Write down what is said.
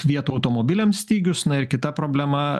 vietų automobiliams stygius na ir kita problema